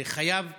וחייב שבזק,